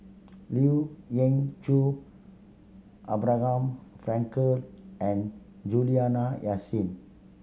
Lien Ying Chow Abraham Frankel and Juliana Yasin